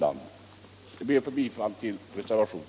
Jag ber att få yrka bifall till reservationen.